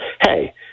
hey